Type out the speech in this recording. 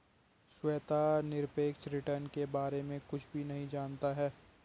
श्वेता निरपेक्ष रिटर्न के बारे में कुछ भी नहीं जनता है